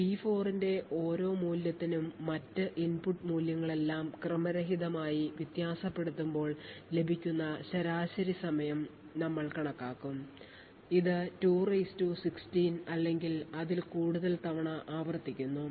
P4 ന്റെ ഓരോ മൂല്യത്തിനും മറ്റ് ഇൻപുട്ട് മൂല്യങ്ങളെല്ലാം ക്രമരഹിതമായി വ്യത്യാസപ്പെടുമ്പോൾ ലഭിക്കുന്ന ശരാശരി സമയം ഞങ്ങൾ കണക്കാക്കും ഇത് 216 അല്ലെങ്കിൽ അതിൽ കൂടുതൽ തവണ ആവർത്തിക്കുന്നു